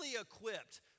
equipped